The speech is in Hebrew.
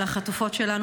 על החטופות שלנו,